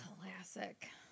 Classic